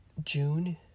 June